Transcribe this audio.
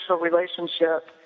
relationship